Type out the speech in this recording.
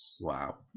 Wow